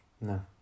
No